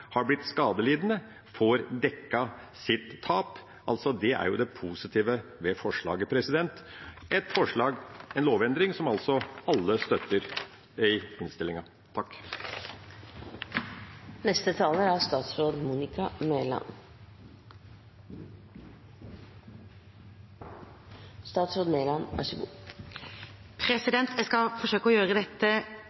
har blitt skadelidende, får dekket sitt tap. Det er det positive ved forslaget – et forslag og en lovendring som alle støtter i innstillinga.